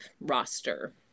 roster